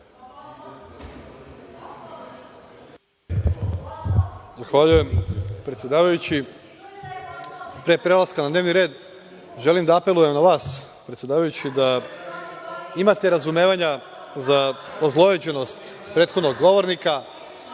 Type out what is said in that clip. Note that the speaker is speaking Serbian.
Zahvaljujem, predsedavajući. Pre prelaska na dnevni red, želim da apelujem na vas, predsedavajući da imate razumevanja za ozlojeđenost prethodnog govornika,